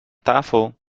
tafel